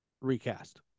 recast